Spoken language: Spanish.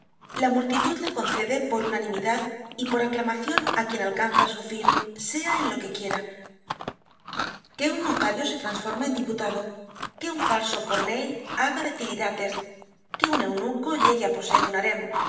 la multitud la concede por unanimidad y por aclamacion á quien alcanza su fin sea en lo que quiera que un notario se transforme en diputado que un falso corneille haga el tiridates que un eunuco llegue á poseer un harem que